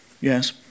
Yes